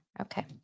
Okay